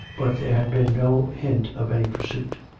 but there had been no hint of any pursuit.